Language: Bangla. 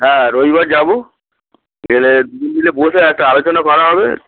হ্যাঁ রবিবার যাবো গেলে দুজনে বসে একটা আলোচনা করা হবে